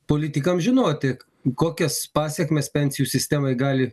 politikam žinoti kokias pasekmes pensijų sistemai gali